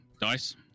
dice